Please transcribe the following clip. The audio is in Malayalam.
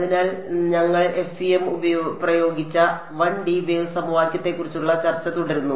അതിനാൽ ഞങ്ങൾ FEM പ്രയോഗിച്ച 1D വേവ് സമവാക്യത്തെക്കുറിച്ചുള്ള ചർച്ച തുടരുന്നു